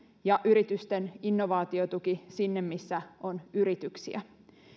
ja yritysten innovaatiotuki sinne missä on yrityksiä